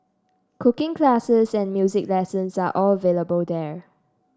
cooking classes and music lessons are all available there